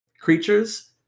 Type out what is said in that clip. creatures